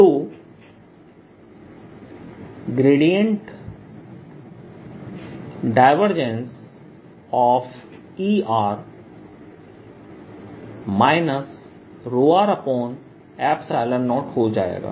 तो Er ρ0 हो जाएगा